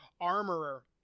armorer